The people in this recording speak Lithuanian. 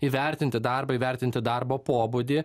įvertinti darbą įvertinti darbo pobūdį